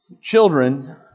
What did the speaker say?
children